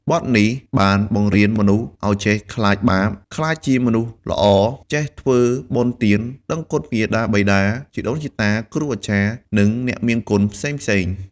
បទនេះបានបង្រៀនមនុស្សឲ្យចេះខ្លាចបាប ក្លាយជាមនុស្សល្អ ចេះធ្វើបុណ្យទាន ដឹងគុណមាតាបិតា ជីដូនជីតា គ្រូអាចារ្យ និងអ្នកមានគុណផ្សេងៗ។